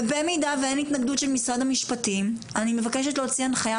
ובמידה ואין התנגדות של משרד המשפטים אני מבקשת להוציא הנחייה